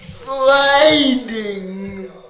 Sliding